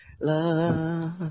love